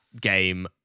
game